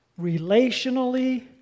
relationally